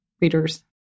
readers